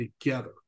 together